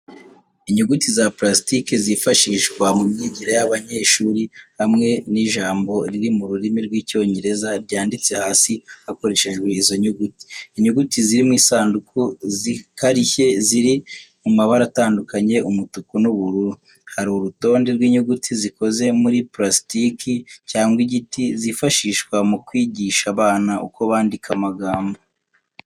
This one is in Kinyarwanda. Inyuguti za purasitiki zifashishwa mu myigire yabanyeshuri hamwe n’ijambo riri mu rurimi rw'icyongereza ryanditswe hasi hakoreshejwe izo nyuguti. Inyuguti ziri mu isanduku zikarishye ziri mu mabara atandukanye umutuku n'ubururu. Hari urutonde rw’inyuguti zikoze muri purasitiki cyangwa igiti, zifashishwa mu kwigisha abana uko bandika amagambo.